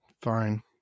Fine